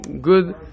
good